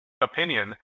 opinion